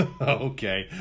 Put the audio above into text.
okay